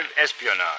espionage